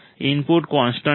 input constant છે